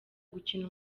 gukina